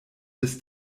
des